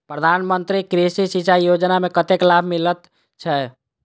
प्रधान मंत्री कृषि सिंचाई योजना मे कतेक लाभ मिलय छै?